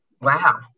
wow